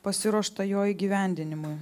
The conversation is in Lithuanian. pasiruošta jo įgyvendinimui